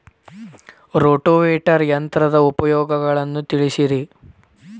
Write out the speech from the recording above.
rotavator ಯಂತ್ರದ ಉಪಯೋಗಗಳನ್ನ ತಿಳಿಸಿರಿ